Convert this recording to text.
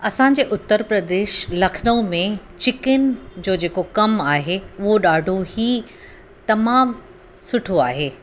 असांजे उत्तर प्रदेश लखनऊ में चिकिन जो जेको कमु आहे उहो ॾाढो ई तमामु सुठो आहे